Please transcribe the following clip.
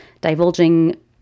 divulging